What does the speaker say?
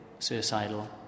suicidal